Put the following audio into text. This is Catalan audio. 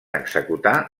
executar